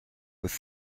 with